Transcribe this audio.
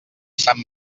sant